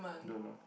don't know